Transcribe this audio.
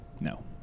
No